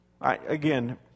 Again